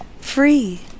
free